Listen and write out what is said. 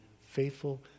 faithful